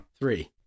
Three